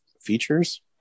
features